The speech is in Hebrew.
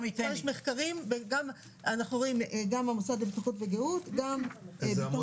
אנחנו רואים מחקרים וגם המוסד לבטיחות וגיהות וגם ביטוח